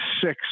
six